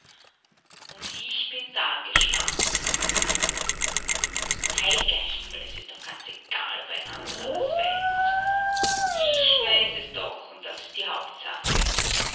und ich bin dagestanden heiliger himmel es ist doch ganz egal ob ein anderer was weiß ich weiß es doch und das ist die hauptsache ich